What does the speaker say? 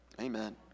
Amen